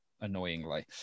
Annoyingly